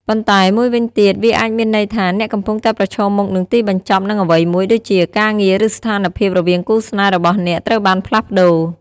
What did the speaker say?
ប៉ុន្តែមួយវិញទៀត វាអាចមានន័យថា អ្នកកំពុងតែប្រឈមមុខ នឹងទីបញ្ចប់នឹងអ្វីមួយ ដូចជា ការងារ ឬស្ថានភាពរវាងគូស្នេហ៍របស់អ្នកត្រូវបានផ្លាស់ប្តូរ។